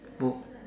poke